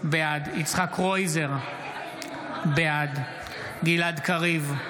בעד יצחק קרויזר, בעד גלעד קריב,